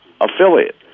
affiliate